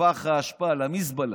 לפח האשפה, למזבלה.